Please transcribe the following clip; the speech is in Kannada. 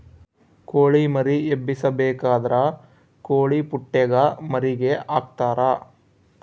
ಕೊಳಿ ಮರಿ ಎಬ್ಬಿಸಬೇಕಾದ್ರ ಕೊಳಿಪುಟ್ಟೆಗ ಮರಿಗೆ ಹಾಕ್ತರಾ